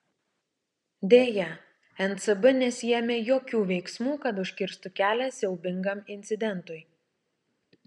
deja ncb nesiėmė jokių veiksmų kad užkirstų kelią siaubingam incidentui